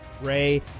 Ray